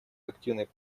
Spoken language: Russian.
активной